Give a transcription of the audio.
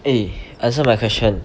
eh answer my question